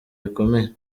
bikomeye